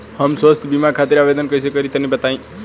हम स्वास्थ्य बीमा खातिर आवेदन कइसे करि तनि बताई?